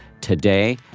today